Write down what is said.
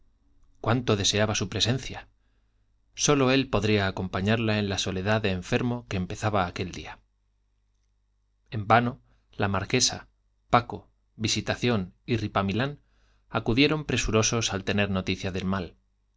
cuánto deseaba su presencia sólo él podría acompañarla en la soledad de enfermo que empezaba aquel día en vano la marquesa paco visitación y ripamilán acudieron presurosos al tener noticia del mal